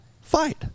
fight